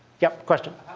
yep question?